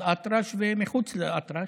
באל-אטרש ומחוץ לאל-אטרש.